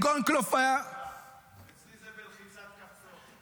אם גולדקנופ היה --- אצלי זה בלחיצת כפתור.